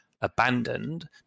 abandoned